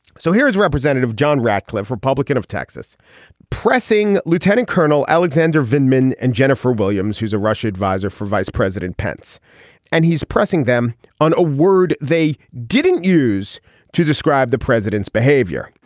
so here is representative john ratcliffe republican of texas pressing lieutenant colonel alexander van men and jennifer williams who's a rush advisor for vice president pence and he's pressing them on a word they didn't use to describe the president's behavior.